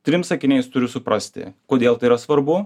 trim sakiniais turiu suprasti kodėl tai yra svarbu